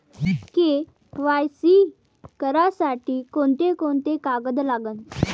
KYC करासाठी कोंते कोंते कागद लागन?